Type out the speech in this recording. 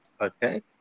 Okay